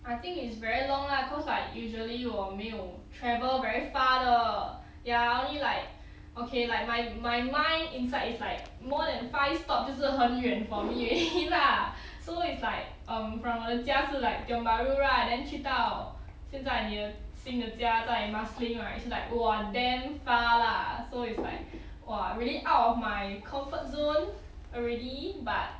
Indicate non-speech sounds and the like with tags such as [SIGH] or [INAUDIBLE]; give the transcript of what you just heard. I think it's very long lah cause like usually 我没有 travel very far 的 ya only like okay like my my mind inside is like more than five stop 就是很远 for me already [LAUGHS] lah so it's like um from 我的家是 like tiong bahru right then 去到现在你的新的家在 marsiling right so like !wah! damn far lah so it's like !wah! really out of my comfort zone already but